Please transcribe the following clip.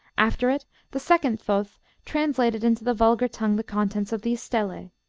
after it the second thoth translated into the vulgar tongue the contents of these stelae.